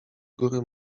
góry